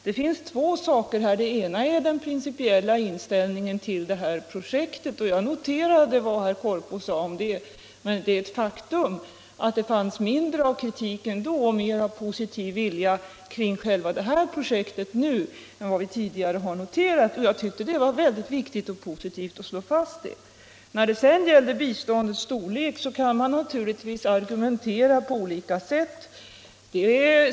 Det finns två saker här. Den ena är den principiella inställningen till detta projekt, och jag noterade vad herr Korpås sade om det. Men det är ett faktum att det fanns mindre av kritik och mer av positiv vilja till just det här projektet nu än vad vi tidigare märkt. Jag tyckte det var viktigt och positivt att slå fast det. När det gäller den andra saken, biståndets storlek, kan man naturligtvis argumentera på olika sätt.